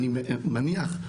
אני מניח,